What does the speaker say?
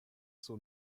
zur